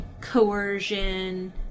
coercion